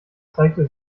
zeigte